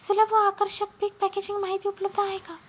सुलभ व आकर्षक पीक पॅकेजिंग माहिती उपलब्ध आहे का?